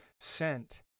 sent